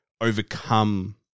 overcome